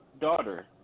Daughter